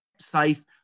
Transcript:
safe